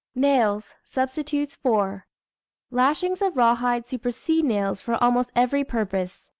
nails, substitutes for lashings of raw hide supersede nails for almost every purpose.